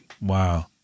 Wow